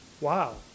Wow